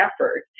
effort